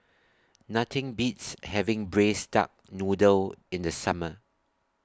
Nothing Beats having Braised Duck Noodle in The Summer